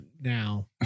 now